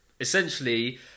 essentially